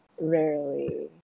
rarely